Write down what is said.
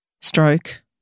stroke